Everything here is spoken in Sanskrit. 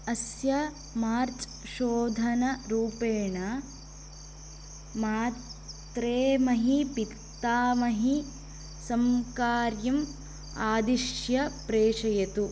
अस्य मार्च् शोधनरूपेण मातामही पितामही सम्कार्यम् आद्दिश्य प्रेषयतु